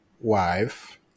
wife